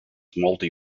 multi